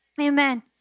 Amen